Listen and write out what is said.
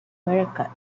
miracle